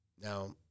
Now